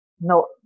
no